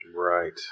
Right